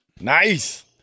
Nice